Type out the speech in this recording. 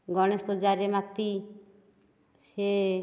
ଗଣେଶ ପୂଜାରେ ମାତି ସେ